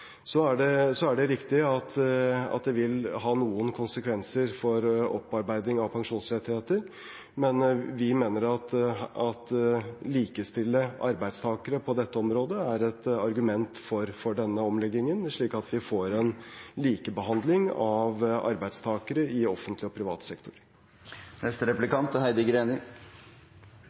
Så er det riktig at det vil ha noen konsekvenser for opparbeiding av pensjonsrettigheter. Men vi mener at å likestille arbeidstakere på dette området er et argument for denne omleggingen, slik at vi får en likebehandling av arbeidstakere i offentlig og privat sektor.